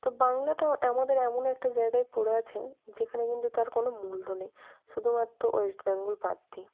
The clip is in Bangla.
তো বাংলাটাও আমাদের এমন একটা জায়গায় পড়ে আছে যেখানে কিন্তু তার কোনো মূল্য নেই শুধুমাত্র ওয়েস্ট বেঙ্গল বাদ দিয়ে